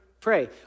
pray